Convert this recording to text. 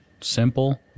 simple